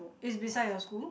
is beside your school